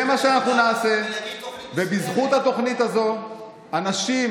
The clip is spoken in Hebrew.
זה מה שאנחנו נעשה, ובזכות התוכנית הזו אנשים,